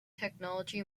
technology